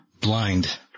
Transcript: blind